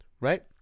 right